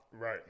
right